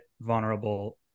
vulnerable